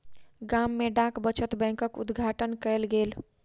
गाम में डाक बचत बैंकक उद्घाटन कयल गेल